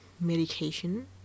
medication